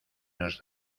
nos